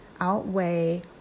outweigh